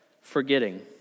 forgetting